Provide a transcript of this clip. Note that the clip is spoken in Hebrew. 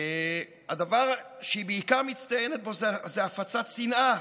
הדבר שהיא בעיקר מצטיינת בו זה הפצת שנאה,